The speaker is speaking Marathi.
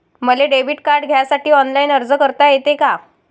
मले डेबिट कार्ड घ्यासाठी ऑनलाईन अर्ज करता येते का?